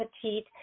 petite